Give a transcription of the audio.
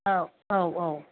औ औ औ